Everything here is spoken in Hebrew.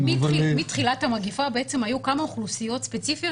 מתחילת המגפה היו כמה אוכלוסיות ספציפיות